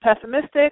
pessimistic